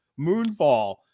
Moonfall